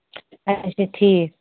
اچھا ٹھیٖک